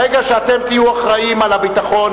ברגע שאתם תהיו אחראים לביטחון,